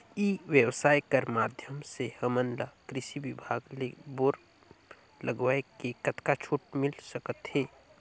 ई व्यवसाय कर माध्यम से हमन ला कृषि विभाग ले बोर लगवाए ले कतका छूट मिल सकत हे?